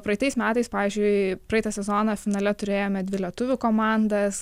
praeitais metais pavyzdžiui praeitą sezoną finale turėjome dvi lietuvių komandas